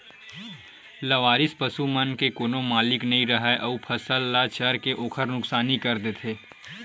लवारिस पसू मन के कोनो मालिक नइ राहय अउ फसल ल चर के ओखर नुकसानी कर देथे